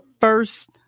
first